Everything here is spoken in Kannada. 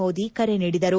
ಮೋದಿ ಕರೆ ನೀಡಿದರು